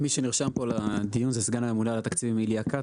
מי שנרשם פה לדיון זה סגן הממונה על התקציבים אליה כץ,